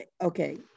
okay